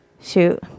shoot